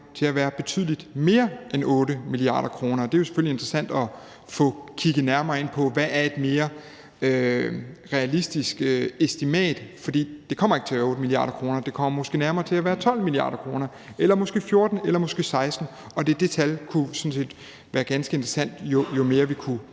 til at være betydelig mere end 8 mia. kr., og det er jo selvfølgelig interessant at få kigget nærmere på, hvad et mere realistisk estimat af det er. For det kommer ikke til at være 8 mia. kr., det kommer måske nærmere til at være 12 mia. kr. eller måske 14 mia. kr. eller måske 16 mia. kr., og det kunne være ganske interessant, hvis vi kunne